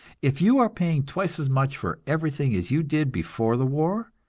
if you are paying twice as much for everything as you did before the war,